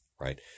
right